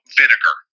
vinegar